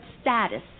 status